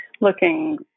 looking